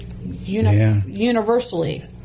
universally